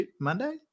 Monday